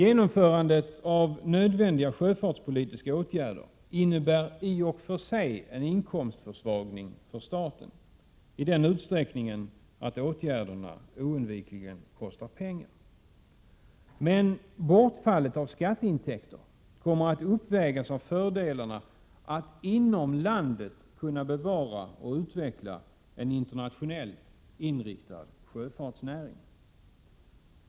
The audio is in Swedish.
Genomförandet av nödvändiga sjöfartspolitiska åtgärder innebär i och för sig en inkomstförsvagning för staten i den utsträckning åtgärderna oundvikligen kostar pengar. Men bortfallet av skatteintäkter kommer att uppvägas av fördelarna: att inom landet kunna bevara och utveckla en internationellt inriktad sjöfartsnäring.